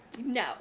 No